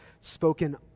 spoken